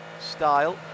style